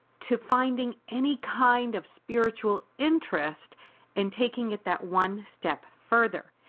to finding any kind of spiritual interest and taking it that one step further.